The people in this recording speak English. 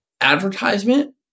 advertisement